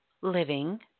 living